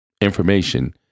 information